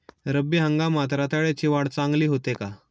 रब्बी हंगामात रताळ्याची वाढ चांगली होते का?